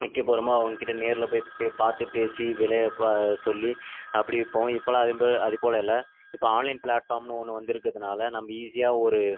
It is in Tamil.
விற்கப் போகிறோமோ அவங்கக்கிட்ட நேரில் போய் போய் பார்த்து பேசி விலையை ப சொல்லி அப்படி விற்போம் இப்போலாம் அதுவும்போ அது போல இல்லை இப்போ ஆன்லைன் பிளாட்பாஃர்ம்னு ஒன்று வந்துருக்கிறதுனால நம்ம ஈஸியா ஒரு